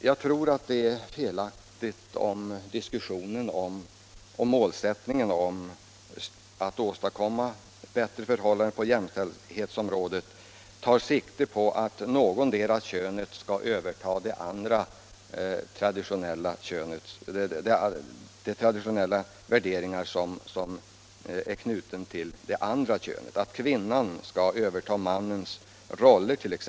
Jag tror det är felaktigt att diskussionen om och målsättningen att åstadkomma bättre jämställdhet tar sikte på att någotdera könet skall överta de traditionella värderingar som är knutna till det andra könet, att kvinnan exempelvis skall överta mannens roller.